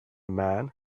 man